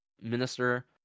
minister